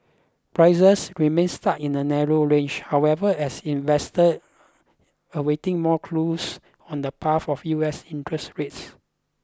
prices remained stuck in a narrow range however as investor awaited more clues on the path of U S interest rates